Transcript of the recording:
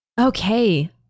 Okay